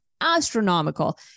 astronomical